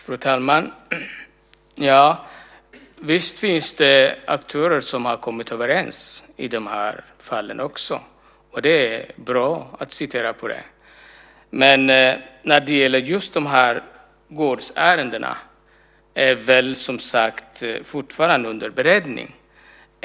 Fru talman! Visst finns det aktörer som har kommit överens i de här fallen. Det är bra. De här gårdsärendena är fortfarande under beredning.